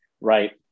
Right